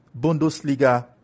Bundesliga